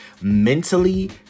Mentally